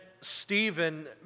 Stephen